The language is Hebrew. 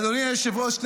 אדוני היושב-ראש,